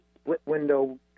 split-window